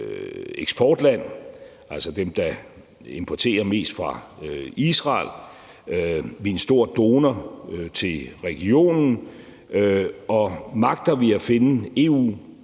eksportland, altså dem, der importerer mest fra Israel. Vi er en stor donor til regionen, og magter vi i EU